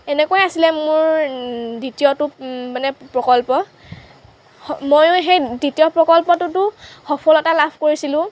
এনেকুৱাই আছিলে মোৰ দ্বিতীয়টো মানে প্ৰকল্প স ময়ো সেই দ্বিতীয় প্ৰকল্পটোতো সফলতা লাভ কৰিছিলোঁ